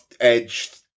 edged